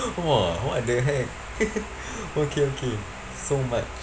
!wah! what the heck okay okay so much